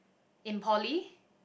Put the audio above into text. in poly